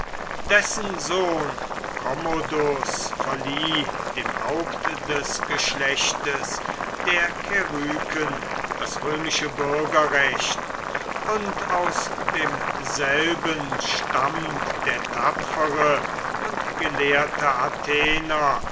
dessen sohn commodus verlieh dem haupt des geschlechtes der keryken das römische bürgerrecht und aus demselben stammt der tapfere und gelehrte athener